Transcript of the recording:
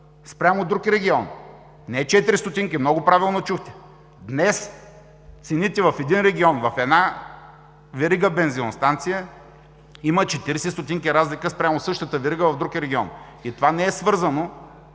спрямо друг регион. Не 4 стотинки, много правилно чухте – днес цените в един регион в една верига бензиностанции има 40 стотинки разлика спрямо същата верига в друг регион. И това не е свързано